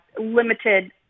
limited